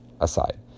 aside